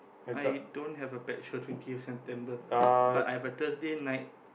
I don't have a pet show twentieth September but I have a Thursday night